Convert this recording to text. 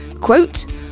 Quote